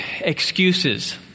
excuses